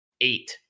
eight